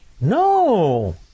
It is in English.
No